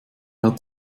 hat